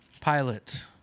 Pilate